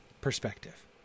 perspective